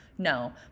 No